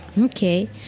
okay